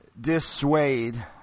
dissuade